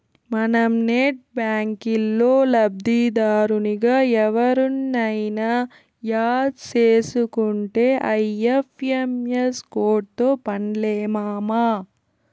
మనం నెట్ బ్యాంకిల్లో లబ్దిదారునిగా ఎవుర్నయిన యాడ్ సేసుకుంటే ఐ.ఎఫ్.ఎం.ఎస్ కోడ్తో పన్లే మామా